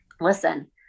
listen